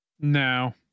no